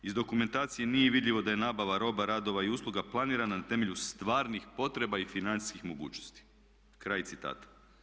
Iz dokumentacije nije vidljivo da je nabava roba, radova i usluga planirana na temelju stvarnih potreba i financijskih mogućnosti", kraj citata.